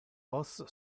vos